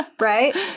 Right